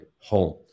home